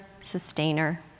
sustainer